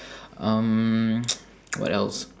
um what else